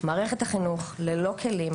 מערכת החינוך ללא כלים,